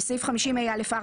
בסעיף 50(ה)(4),